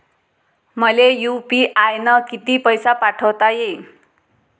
मले यू.पी.आय न किती पैसा पाठवता येईन?